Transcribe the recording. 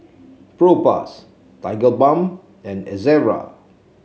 Propass Tigerbalm and Ezerra